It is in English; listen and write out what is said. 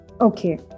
Okay